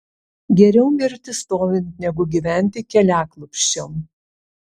geriau mirti stovint negu gyventi keliaklupsčiom